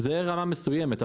זה רמה מסוימת,